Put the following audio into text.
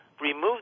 remove